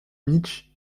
mitch